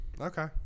Okay